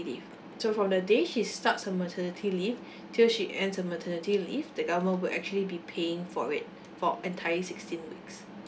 leave so from the day she starts her maternity leave till she ends her maternity leave the government will actually be paying for it for entire sixteen weeks